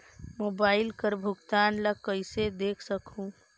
Mobile कर भुगतान ला कइसे देख सकहुं?